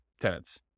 tenants